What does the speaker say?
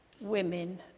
women